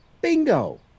Bingo